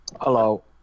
Hello